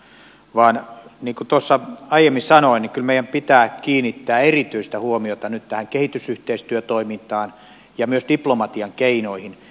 niin kuin tuossa aiemmin sanoin kyllä meidän pitää kiinnittää erityistä huomiota nyt tähän kehitysyhteistyötoimintaan ja myös diplomatian keinoihin